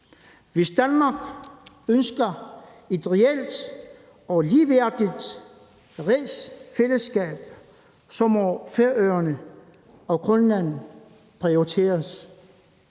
Hvis Danmark ønsker et reelt og ligeværdigt rigsfællesskab, må Færøerne og Grønland prioriteres,